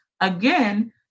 again